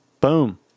Boom